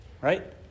Right